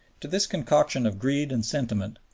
to this concoction of greed and sentiment,